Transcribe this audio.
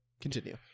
continue